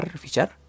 feature